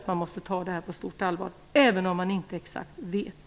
Man måste ta dem på stort allvar även om man inte vet exakt.